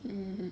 um